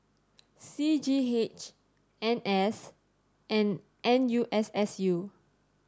C G H N S and N U S S U